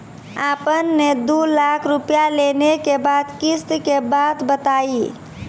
आपन ने दू लाख रुपिया लेने के बाद किस्त के बात बतायी?